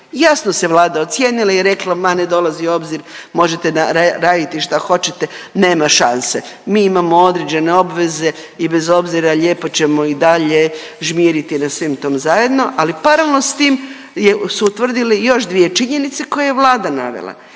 Jasno se Vlada ocijenila i rekla, ma ne dolazi u obzir, možete raditi šta hoćete, nema šanse, mi imamo određene obveze i bez obzira, lijepo ćemo i dalje žmiriti na svem tom zajedno, ali paralelno s tim je, su utvrdili još 2 činjenice koje je Vlada navela.